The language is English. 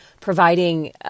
providing